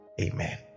amen